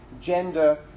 Gender